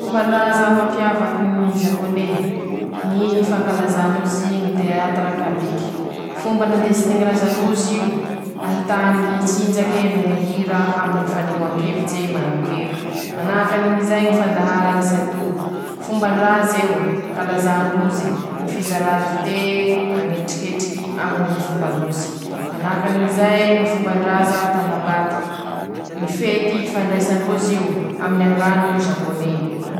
Fombandraza mampiavaky ñy Zapôné: ñy fankalaza ndrozy ñy teatira kabiky, fomba nandesiny ñy raza ndroz'io, ahità ñy tsinjake noho ñy hira aminy ñy fanehoankevitse manankere, manahakan'izay ñy fandahara ñy sado, fombandraza eo ankalazà ndrozy, ñy fizarà ditée mañetriketriky aminy ñy fombandrozy, manahakan'izay ñy fombandraza tanavata, ñy fety ifandraisà ndroz'io, amin'angano zapôné.